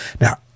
Now